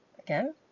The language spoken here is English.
again